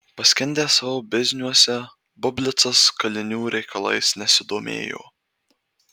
paskendęs savo bizniuose bublicas kalinių reikalais nesidomėjo